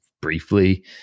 briefly